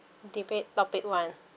debate topic one